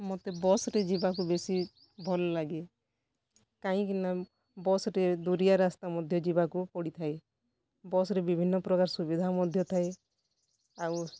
ମୋତେ ବସ୍ରେ ଯିବାକୁ ବେଶୀ ଭଲ ଲାଗେ କାହିଁକି ନା ବସ୍ରେ ଦୂରିଆ ରାସ୍ତା ମଧ୍ୟ ଯିବାକୁ ପଡ଼ିଥାଏ ବସ୍ରେ ବିଭିନ୍ନ ପ୍ରକାର ସୁବିଧା ମଧ୍ୟ ଥାଏ ଆଉ